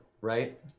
right